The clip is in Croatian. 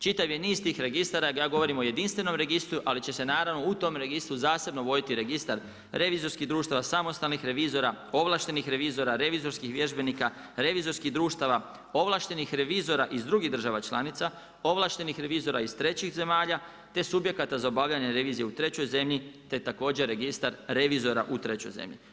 Čitav je niz tih registara, ja govorim o jedinstvenom registru, ali će se naravno u tom registru zasebno voditi registar revizorskih društava, samostalnih revizora, ovlaštenih revizora, revizorskih vježbenika, revizorskih društava, ovlaštenih revizora iz drugih država članica, ovlaštenih revizora iz trećih zemalja, te subjekata za obavljanje revizije u trećoj zemlji te također registar revizora u trećoj zemlji.